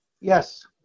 Yes